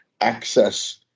access